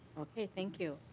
thank you.